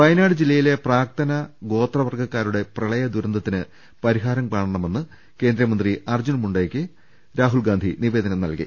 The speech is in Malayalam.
വയനാട് ജില്ലയിലെ പ്രാക്തന ഗോത്ര വർഗ്ഗുക്കാരുടെ പ്രളയ ദുര ന്തത്തിന് പരിഹാരം കാണണമെന്ന് കേന്ദ്ര മന്ത്രി അർജുൻ മുണ്ടയ് ക്ക് രാഹുൽ ഗാന്ധി നിവേദനം നൽകി